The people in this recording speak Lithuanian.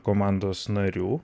komandos narių